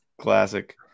Classic